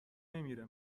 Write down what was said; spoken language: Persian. نمیره